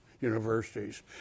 universities